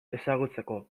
ezagutzeko